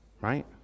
right